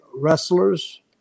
wrestlers